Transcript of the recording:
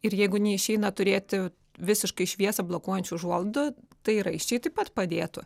ir jeigu neišeina turėti visiškai šviesą blokuojančių užuolaidų tai raiščiai taip pat padėtų